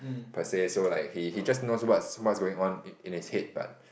per say so like he he just know what's what's going on in in his head but